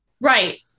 Right